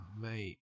mate